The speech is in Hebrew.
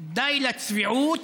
די לצביעות.